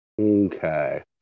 Okay